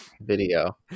video